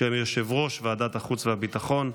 בשם יושב-ראש ועדת החוץ והביטחון,